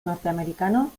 norteamericano